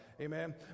Amen